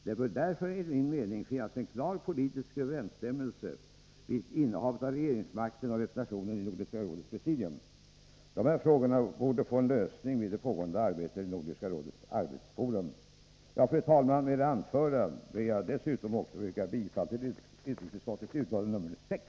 Det bör därför enligt min mening finnas en klar politisk överensstämmelse mellan innehavet av regeringsmakten och representationen i Nordiska rådets presidium. Dessa frågor borde få en lösning i det pågående arbetet med Nordiska rådets arbetsforum. Fru talman! Med det anförda yrkar jag bifall till hemställan i utrikesutskottets betänkande nr 6.